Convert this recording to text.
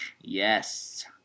Yes